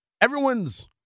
Everyone's